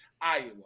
Iowa